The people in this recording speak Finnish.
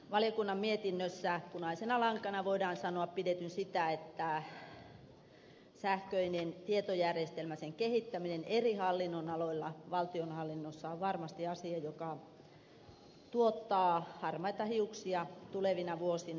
valiokunnan mietinnössä punaisena lankana voidaan sanoa pidetyn sitä että sähköinen tietojärjestelmä sen kehittäminen eri hallinnonaloilla valtionhallinnossa on varmasti asia joka tuottaa harmaita hiuksia tulevina vuosina